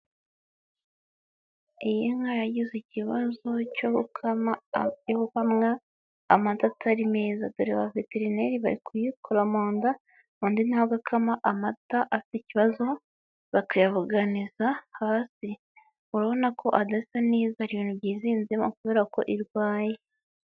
Iyi nka yagize ikibazo cyo gukamwa amatatari meza, dore aba veterineri bari kuyikora mu nda, undi na weagakama amata afite ikibazo, bakayabuganiza hasi. Urabona ko adasa neza ibintu byizinzemo kubera ko irwaye.